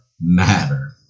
matter